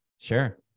Sure